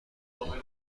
ادعای